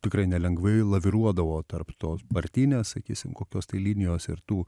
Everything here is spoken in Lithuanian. tikrai nelengvai laviruodavo tarp tos partinės sakysim kokios tai linijos ir tų